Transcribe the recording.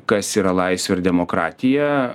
kas yra laisvė ir demokratija